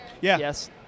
Yes